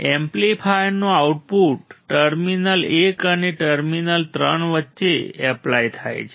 એમ્પ્લીફાયરનું output terminal 1 અને terminal 3 વચ્ચે apply થાય છે